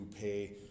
pay